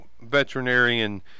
veterinarian